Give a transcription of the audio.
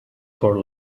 core